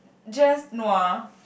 just nua